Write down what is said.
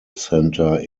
centre